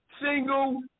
single